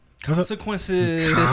Consequences